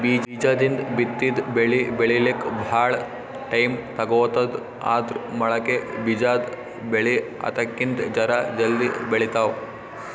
ಬೀಜದಿಂದ್ ಬಿತ್ತಿದ್ ಬೆಳಿ ಬೆಳಿಲಿಕ್ಕ್ ಭಾಳ್ ಟೈಮ್ ತಗೋತದ್ ಆದ್ರ್ ಮೊಳಕೆ ಬಿಜಾದ್ ಬೆಳಿ ಅದಕ್ಕಿಂತ್ ಜರ ಜಲ್ದಿ ಬೆಳಿತಾವ್